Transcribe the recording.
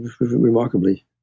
remarkably